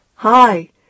Hi